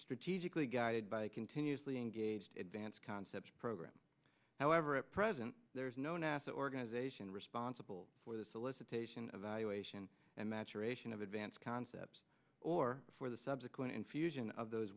strategically guided by continuously engaged advanced concepts program however at present there is no nasa organization responsible for the solicitation of valuation and maturation of advanced concepts or for the subsequent infusion of those